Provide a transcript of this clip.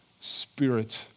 spirit